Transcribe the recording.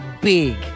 big